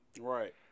Right